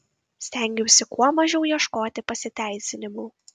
stengiausi kuo mažiau ieškoti pasiteisinimų